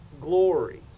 glory